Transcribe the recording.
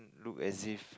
look as if